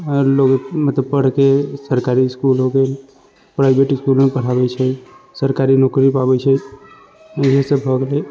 लोग मतलब पढ़ के सरकारी इसकुल हो गेल प्राइवट इसकुलमे पढ़ाबै छै सरकारी नौकरी पाबै छै इहे सब भऽ गेलै